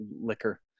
liquor